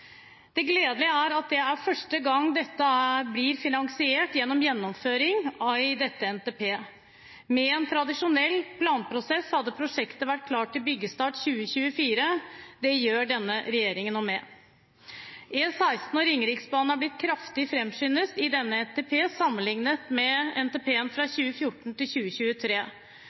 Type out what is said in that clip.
Det gledelige er at for første gang har man finansiert gjennomføringen av dette i NTP. Med en tradisjonell planprosess hadde prosjektet vært klart til byggestart i 2024. Det gjør denne regjeringen noe med. E16 og Ringeriksbanen har blitt kraftig framskyndet i denne NTP-en sammenlignet med NTP-en for 2014–2023. Der lå det inne bare 1,5 mrd. kr til